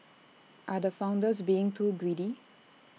are the founders being too greedy